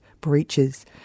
breaches